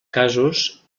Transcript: casos